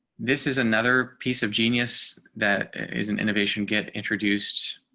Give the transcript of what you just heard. this is another piece of genius that isn't innovation get introduced